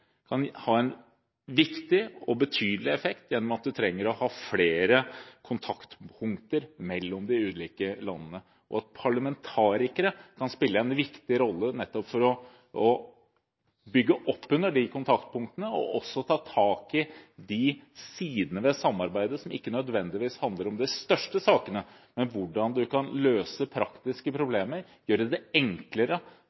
Parlamentarikere kan spille en viktig rolle nettopp for å bygge opp under de kontaktpunktene og ta tak i de sidene ved samarbeidet som ikke nødvendigvis handler om de største sakene, men om hvordan man kan løse praktiske